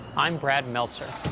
i'm brad meltzer.